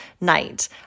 night